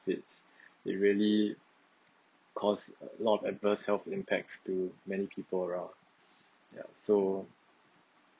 profits it really cause a lot of adverse health impacts to many people around ya so